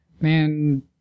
man